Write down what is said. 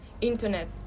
internet